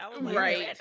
Right